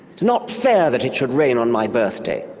it's not fair that it should rain on my birthday!